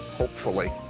hopefully.